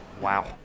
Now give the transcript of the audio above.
Wow